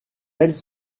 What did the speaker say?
elles